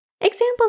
examples